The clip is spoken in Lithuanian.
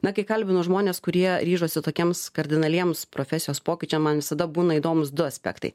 na kai kalbinu žmones kurie ryžosi tokiems kardinaliems profesijos pokyčiam man visada būna įdomūs du aspektai